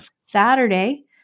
Saturday